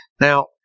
Now